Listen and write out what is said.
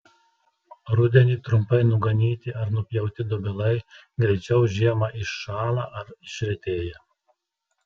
rudenį trumpai nuganyti ar nupjauti dobilai greičiau žiemą iššąla ar išretėja